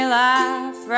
laugh